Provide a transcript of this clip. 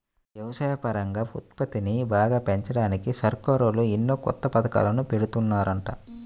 వ్యవసాయపరంగా ఉత్పత్తిని బాగా పెంచడానికి సర్కారోళ్ళు ఎన్నో కొత్త పథకాలను పెడుతున్నారంట